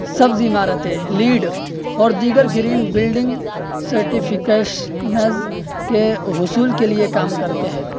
سبز عمارتیں لیڈ اور دیگر گرین بلڈنگ سرٹیفکیشنز کے حصول کے لیے کام کرتے ہیں